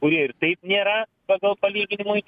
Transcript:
kurie ir taip nėra pagal palyginimui